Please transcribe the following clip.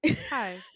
hi